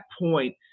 point